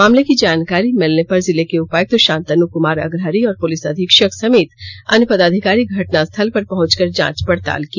मामले की जानकारी मिलने पर जिले के उपायुक्त शांतनु कुमार अग्रहरि और पुलिस अधीक्षक समेत अन्य पदाधिकारी घटनास्थल पर पहुंचकर जांच पड़ताल की